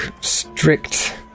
strict